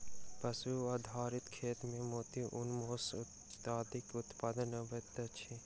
पशु आधारित खेती मे मोती, ऊन, मौस इत्यादिक उत्पादन अबैत अछि